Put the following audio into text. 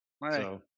Right